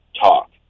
talk